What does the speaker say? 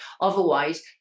Otherwise